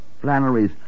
Flannery's